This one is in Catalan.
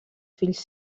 fills